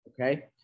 okay